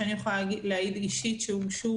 שאני יכולה להעיד אישית שהוגשו